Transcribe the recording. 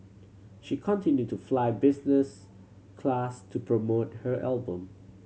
she continued to fly business class to promote her album